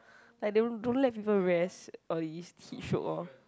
like don't don't let people rest all these heat stroke lor